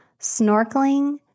snorkeling